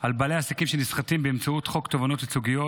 על בעלי עסקים שנסחטים באמצעות חוק תובענות ייצוגיות